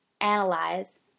analyze